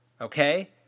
okay